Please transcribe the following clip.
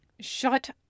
Shut